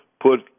put